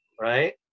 right